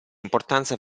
importanza